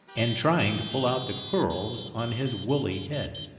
and trying to pull out the curls on his woolly head.